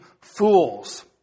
fools